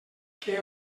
que